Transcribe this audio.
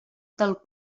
del